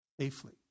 safely